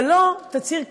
אבל לא תצהיר כזה,